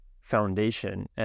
foundation